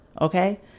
Okay